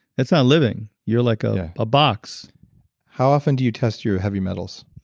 that's not living. you're like a ah box how often do you test your heavy metals?